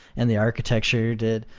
and the architecture did.